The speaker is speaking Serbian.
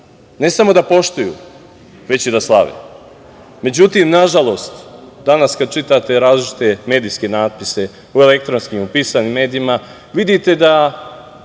ne samo da poštuju, već i da slave.Međutim, nažalost, danas kada čitate različite medijske natpise u elektronskim i pisanim medijima, vidite da